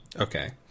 Okay